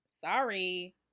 Sorry